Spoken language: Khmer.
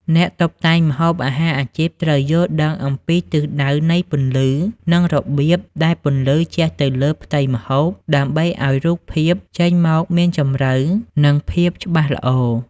អ្នកតុបតែងម្ហូបអាហារអាជីពត្រូវយល់ដឹងអំពីទិសដៅនៃពន្លឺ និងរបៀបដែលពន្លឺជះទៅលើផ្ទៃម្ហូប ដើម្បីឱ្យរូបភាពចេញមកមានជម្រៅ និងភាពច្បាស់ល្អ។